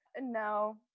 No